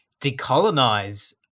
decolonize